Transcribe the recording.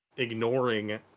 Ignoring